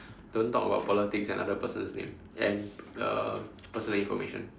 don't talk about politics and other person's name and uh personal information